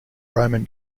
roman